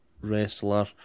wrestler